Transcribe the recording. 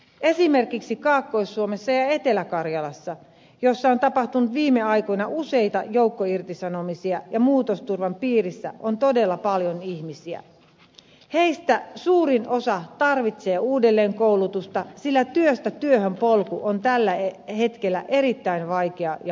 esimerkiksi kaakkois suomessa ja etelä karjalassa missä on tapahtunut viime aikoina useita joukkoirtisanomisia ja muutosturvan piirissä on todella paljon ihmisiä heistä suurin osa tarvitsee uudelleenkoulutusta sillä työstä työhön polku on tällä hetkellä erittäin vaikea ja haastava